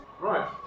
Right